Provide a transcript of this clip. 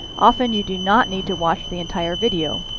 often you do not need to watch the entire video.